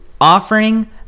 offering